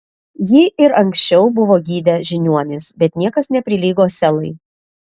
jį ir anksčiau buvo gydę žiniuonys bet niekas neprilygo selai